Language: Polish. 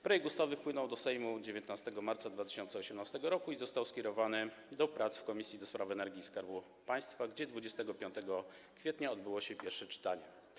Projekt ustawy wpłynął do Sejmu 19 marca 2018 r. i został skierowany do prac w Komisji do Spraw Energii i Skarbu Państwa, gdzie 25 kwietnia odbyło się pierwsze czytanie.